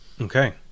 Okay